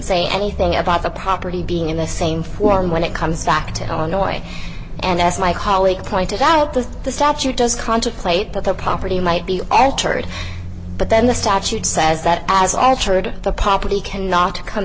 say anything about the property being in the same form when it comes back to illinois and as my colleague pointed out the statute does contemplate that the property might be entered but then the statute says that as our tour of the property cannot come